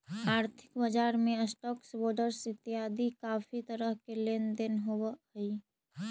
आर्थिक बजार में स्टॉक्स, बॉंडस इतियादी काफी तरह के लेन देन होव हई